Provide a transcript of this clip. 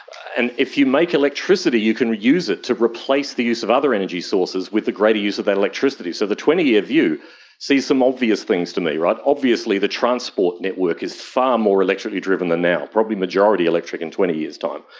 and if you make electricity you can use it to replace the use of other energy sources with the greater use of that electricity. so the twenty year view sees some obvious things to me. obviously the transport network is far more electrically driven than now, probably majority electric in twenty years' time.